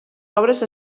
obres